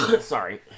sorry